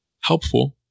helpful